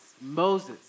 Moses